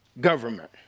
government